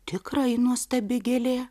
tikrai nuostabi gėlė